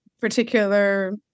particular